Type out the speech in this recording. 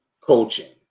coaching